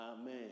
Amen